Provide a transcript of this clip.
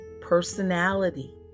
personality